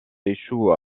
échoue